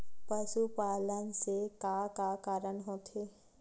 पशुपालन से का का कारण होथे?